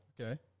Okay